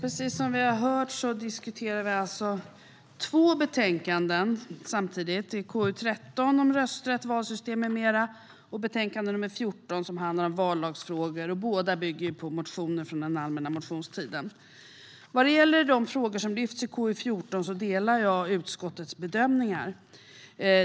Herr talman! Vi diskuterar nu två betänkanden, KU13 om rösträtt, valsystem med mera och KU14, som handlar om vallagsfrågor. Båda bygger på motioner från den allmänna motionstiden. När det gäller de frågor som lyfts fram i KU14 delar jag utskottets bedömningar.